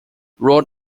road